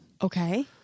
Okay